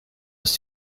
ist